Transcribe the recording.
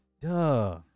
Duh